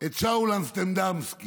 את שאול אמסטרדמסקי.